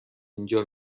اینجا